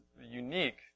unique